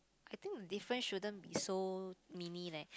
I think difference shouldn't be so mini leh